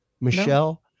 michelle